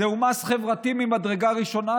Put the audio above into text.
זהו מס חברתי ממדרגה ראשונה,